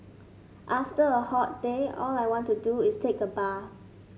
after a hot day all I want to do is take a bath